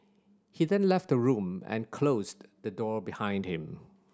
he then left the room and closed the door behind him